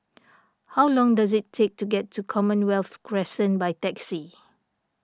how long does it take to get to Commonwealth Crescent by taxi